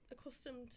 accustomed